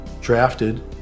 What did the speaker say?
drafted